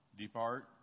Depart